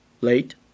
late